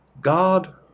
God